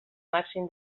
màxim